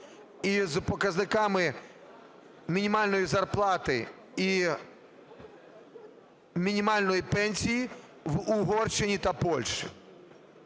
із показниками мінімальної зарплати і мінімальної пенсії в Угорщині та Польщі.